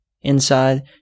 inside